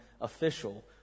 official